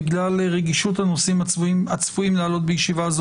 בגלל רגישות הנושאים הצפויים לעלות בישיבה הזו